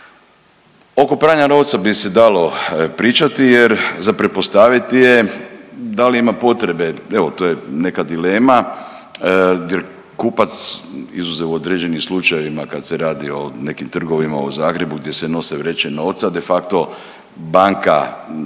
Oko pranja novca bi se dalo pričati, jer za pretpostaviti je da li ima potrebe, evo to je neka dilema kupac izuzev u određenim slučajevima kad se radi o nekim trgovima, o Zagrebu gdje se nose vreće novca de facto, banka